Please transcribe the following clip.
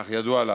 כך ידוע לנו.